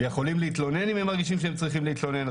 יכולים להתלונן אם הם מרגישים שהם צריכים להתלונן.